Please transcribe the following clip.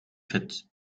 fit